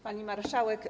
Pani Marszałek!